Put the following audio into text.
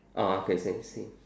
ah okay same same